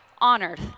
honored